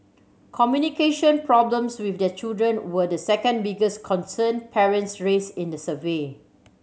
communication problems with their children were the second biggest concern parents raised in the survey